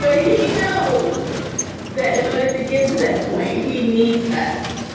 but he knows that in order to get to that point, he needs us.